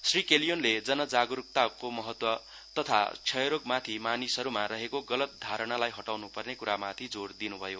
श्री केलियोनले जन जागरूकताको महत्व तथा क्षयरोगमाथि मानिसहरूमा रहेको गलत धारणालाई हटाउनुपर्ने कुरामाथि जोर दिनुभयो